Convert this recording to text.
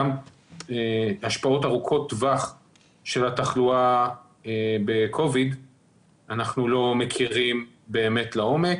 גם השפעות ארוכות טווח של התחלואה בקוביד אנחנו לא מכירים לעומק.